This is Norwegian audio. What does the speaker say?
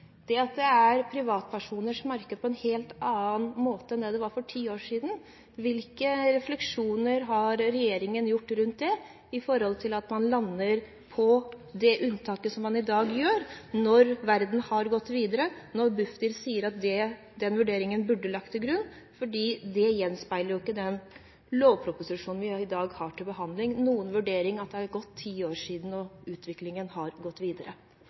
det. Det at det er privatpersoners marked på en helt annen måte enn det det var for ti år siden, hvilke refleksjoner har regjeringen gjort rundt det – når man lander på det unntaket som man gjør i dag, når verden har gått videre, og når Bufdir sier at den vurderingen burde vært lagt til grunn? Dette gjenspeiler jo ikke den lovproposisjonen som vi har til behandling i dag – en vurdering av at det har gått ti år, og at utviklingen har gått videre